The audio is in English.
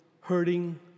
hurting